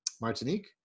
Martinique